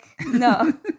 No